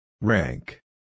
Rank